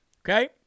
okay